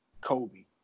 Kobe